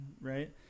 right